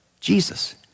Jesus